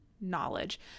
knowledge